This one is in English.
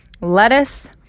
Lettuce